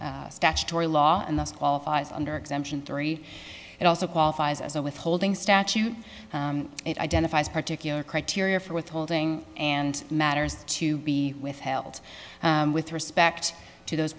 statutory law and this qualifies under exemption three and also qualifies as a withholding statute it identifies particular criteria for withholding and matters to be withheld with respect to those